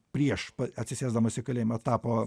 prieš atsisėsdamas į kalėjimą tapo